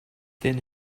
then